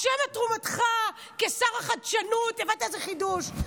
או שמא בתרומתך כשר החדשנות הבאת איזה חידוש?